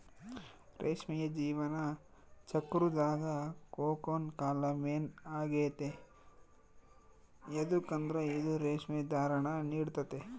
ರೇಷ್ಮೆಯ ಜೀವನ ಚಕ್ರುದಾಗ ಕೋಕೂನ್ ಕಾಲ ಮೇನ್ ಆಗೆತೆ ಯದುಕಂದ್ರ ಇದು ರೇಷ್ಮೆ ದಾರಾನ ನೀಡ್ತತೆ